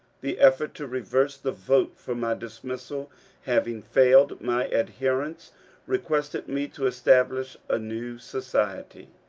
the effort to reverse the vote for my dismissal having failed, my adherents requested me to establish a new society.